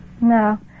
no